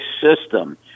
system